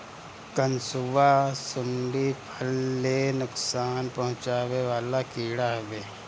कंसुआ, सुंडी फसल ले नुकसान पहुचावे वाला कीड़ा हवे